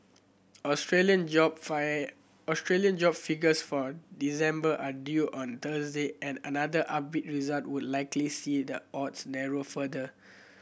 Australian job fire Australian job figures for December are due on Thursday and another upbeat result would likely see the odds narrow further